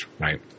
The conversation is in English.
right